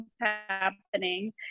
happening